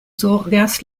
zorgas